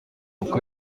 kuko